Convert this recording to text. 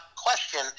question